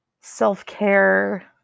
self-care